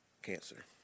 cancer